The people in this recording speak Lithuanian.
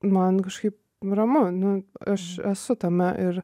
man kažkaip ramu nu aš esu tame ir